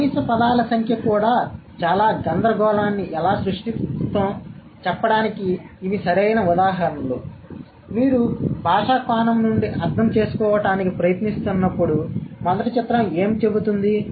కాబట్టి కనీస పదాల సంఖ్య కూడా చాలా గందరగోళాన్ని ఎలా సృష్టిస్తుందో చెప్పడానికి ఇవి సరైన ఉదాహరణలు మీరు భాషా కోణం నుండి అర్థం చేసుకోవడానికి ప్రయత్నిస్తున్నప్పుడు మొదటి చిత్రం ఏమి చెబుతుంది